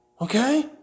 Okay